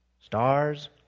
Stars